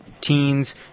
teens